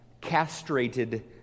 castrated